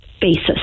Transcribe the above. basis